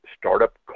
startup